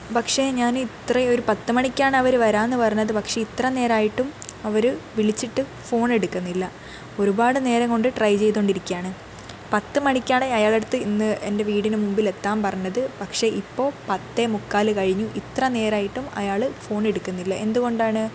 പക്ഷെ ഞാനിത്രയും ഒരു പത്ത് മണിക്കാണ് അവർ വരാമെന്നു പറഞ്ഞത് പക്ഷെ ഇത്ര നേരമായിട്ടും അവർ വിളിച്ചിട്ടു ഫോണെടുക്കുന്നില്ല ഒരുപാട് നേരംകൊണ്ട് ട്രൈ ചെയ്തുകൊണ്ടിരിക്കുകയാണ് പത്ത് മണിക്കാണ് അയാളുടെ അടുത്ത് ഇന്ന് എൻ്റെ വീടിനുമുമ്പിൽ എത്താൻ പറഞ്ഞത് പക്ഷെ ഇപ്പോൾ പത്ത് മുക്കാൽ കഴിഞ്ഞു ഇത്ര നേരമായിട്ടും അയാൾ ഫോണെടുക്കുന്നില്ല എന്തുകൊണ്ടാണ്